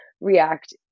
react